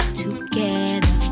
together